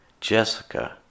Jessica